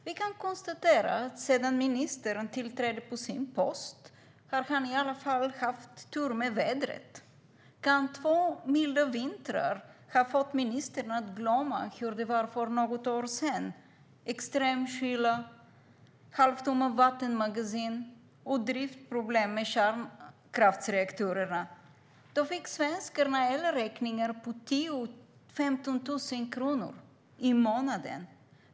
Vi kan konstatera att sedan ministern tillträdde sin post har han i alla fall haft tur med vädret. Kan två milda vintrar ha fått ministern att glömma hur det var för något år sedan - extrem kyla, halvtomma vattenmagasin och driftproblem med kärnkraftsreaktorerna? Då fick svenskarna elräkningar på 10 000-15 000 kronor i månaden.